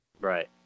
Right